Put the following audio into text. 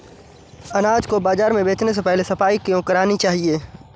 अनाज को बाजार में बेचने से पहले सफाई क्यो करानी चाहिए?